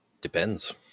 Depends